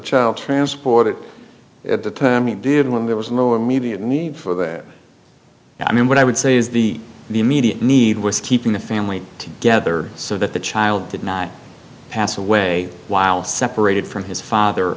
child transported at the time he did when there was no immediate need for that i mean what i would say is the immediate need was keeping the family together so that the child did not pass away while separated from his father